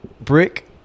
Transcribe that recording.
brick